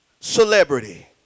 celebrity